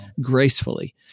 gracefully